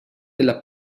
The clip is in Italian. della